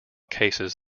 cases